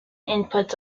inputs